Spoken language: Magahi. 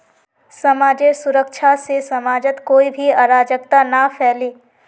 समाजेर सुरक्षा से समाजत कोई भी अराजकता ना फैले